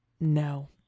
no